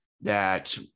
that-